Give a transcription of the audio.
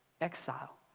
exile